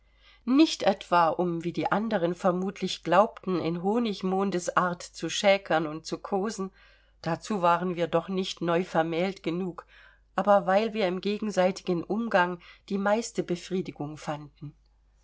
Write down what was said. nicht etwa um wie die anderen vermutlich glaubten in honigmondesart zu schäkern und zu kosen dazu waren wir doch nicht neuvermählt genug aber weil wir im gegenseitigen umgang die meiste befriedigung fanden